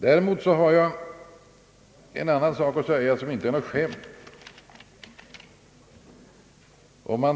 Däremot har jag en annan sak att säga, som inte är något skämt.